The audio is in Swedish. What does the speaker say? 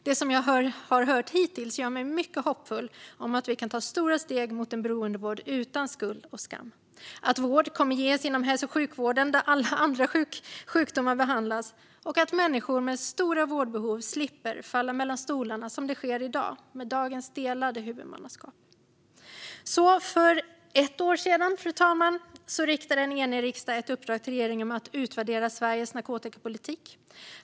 Det som jag har hört hittills gör mig mycket hoppfull om att vi kan ta stora steg mot en beroendevård utan skuld och skam, att vård kommer att ges inom hälso och sjukvården där alla andra sjukdomar behandlas och att människor med stora vårdbehov slipper falla mellan stolarna på det sätt som sker med dagens delade huvudmannaskap. Fru talman! För ett år sedan riktade en enig riksdag ett uppdrag till regeringen om att utvärdera Sveriges narkotikapolitik.